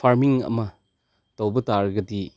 farming ꯑꯃ ꯇꯧꯕꯇꯥꯔꯒꯗꯤ